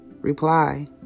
reply